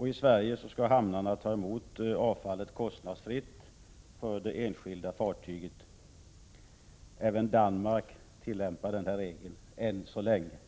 I Sverige skall hamnarna ta emot avfallet utan kostnad för det enskilda fartyget. Även Danmark tillämpar den regeln än så länge.